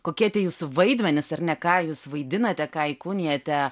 kokie tie jūsų vaidmenys ar ne ką jūs vaidinate ką įkūnijate